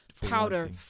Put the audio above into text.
powder